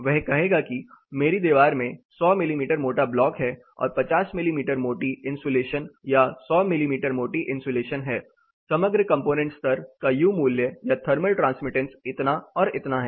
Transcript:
वह कहेगा कि मेरी दीवार प्रणाली में 100 मिमी मोटा ब्लॉक है और 50 मिमी मोटी इन्सुलेशन या 100 मिमी मोटी इन्सुलेशन है समग्र कंपोनेंट स्तर का यू मूल्य या थर्मल ट्रांसमिटेंस इतना और इतना है